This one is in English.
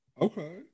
Okay